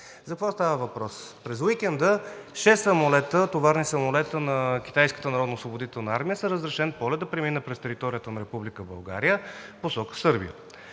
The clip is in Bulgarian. За какво става въпрос? През уикенда шест товарни самолета на Китайската народноосвободителна армия са с разрешен полет да преминат през територията на Република България